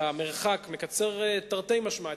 תרתי משמע,